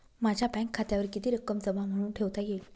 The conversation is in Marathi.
माझ्या बँक खात्यावर किती रक्कम जमा म्हणून ठेवता येईल?